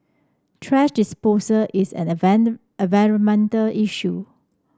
thrash disposal is an environmental issue